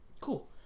Cool